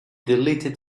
deleted